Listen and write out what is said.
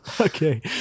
Okay